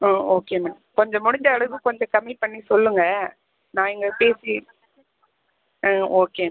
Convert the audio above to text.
ஆ okay madam கொஞ்சம் முடிஞ்ச அளவுக்கு கொஞ்சம் கம்மி பண்ணி சொல்லுங்கள் நான் இங்கே பேசி ஆ ஓகே